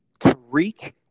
Tariq